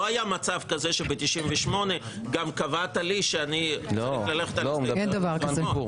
לא היה מצב כזה שב-98 גם קבעת לי שאני צריך ללכת --- אין דבר כזה.